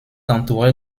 entouré